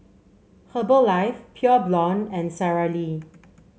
Herbalife Pure Blonde and Sara Lee